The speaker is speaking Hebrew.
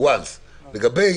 לגבי